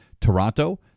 Toronto